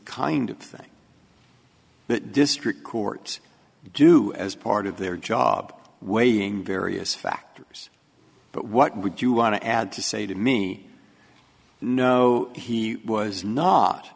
kind of thing that district courts do as part of their job waiting various factors but what would you want to add to say to me no he was not